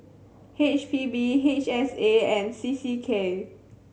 H P B H S A and C C K